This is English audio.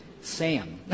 Sam